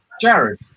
Jared